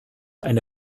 eine